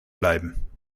bleiben